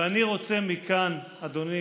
ואני רוצה מכאן, אדוני,